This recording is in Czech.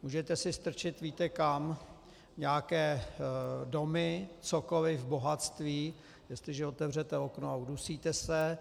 Můžete si strčit, víte kam, nějaké domy, cokoliv, bohatství, jestliže otevřete okno a udusíte se.